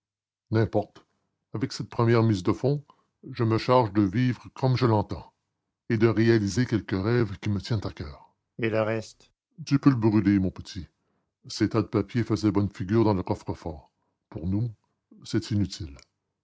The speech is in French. n'importe avec cette première mise de fonds je me charge de vivre comme je l'entends et de réaliser quelques rêves qui me tiennent au coeur et le reste tu peux le brûler mon petit ces tas de papiers faisaient bonne figure dans le coffre-fort pour nous c'est inutile